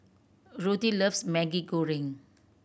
Ruthie loves Maggi Goreng